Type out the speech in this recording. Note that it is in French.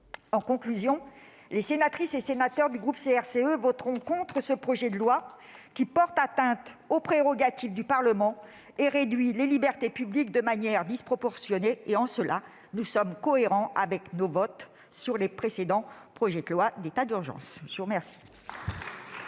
En conclusion, les sénatrices et sénateurs du groupe CRCE voteront contre ce projet de loi qui porte atteinte aux prérogatives du Parlement et réduit les libertés publiques de manière disproportionnée, en cohérence avec leurs votes sur les précédents projets de loi portant sur l'état d'urgence. La parole est